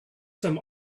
some